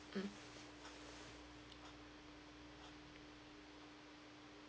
mm